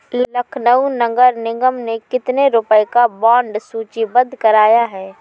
लखनऊ नगर निगम ने कितने रुपए का बॉन्ड सूचीबद्ध कराया है?